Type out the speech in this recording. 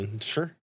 Sure